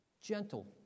Gentle